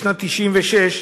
בשנת 1996,